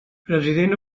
president